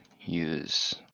use